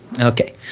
Okay